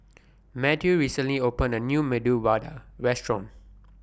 Matthew recently opened A New Medu Vada Restaurant